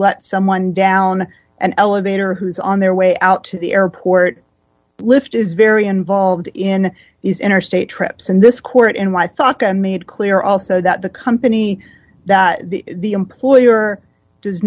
let someone down an elevator who is on their way out to the airport lift is very involved in these interstate trips and this court in my thought and made clear also that the company that the employer does